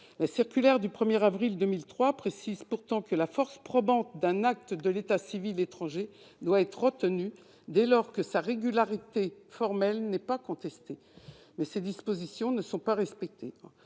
La circulaire du 1 avril 2003 précise pourtant que la force probante d'un acte de l'état civil étranger doit être retenue dès lors que sa régularité formelle n'est pas contestée. Mais cette disposition n'est pas respectée.